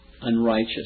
unrighteous